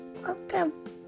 Welcome